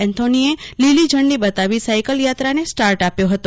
Anthony એ લીલી ઝંડી આપી સાયકલ યાત્રાને સ્ટાર્ટ આપ્યો હતો